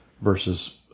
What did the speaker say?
Versus